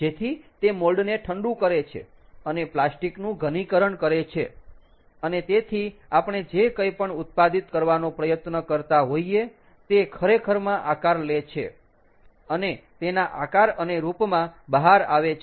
જેથી તે મોલ્ડ ને ઠંડુ કરે છે અને પ્લાસ્ટિકનું ઘનીકરણ કરે છે અને તેથી આપણે જે કંઇ પણ ઉત્પાદિત કરવાનો પ્રયત્ન કરતાં હોઈયે તે ખરેખરમાં આકાર લે છે અને તેના આકાર અને રૂપમાં બહાર આવે છે